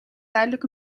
duidelijk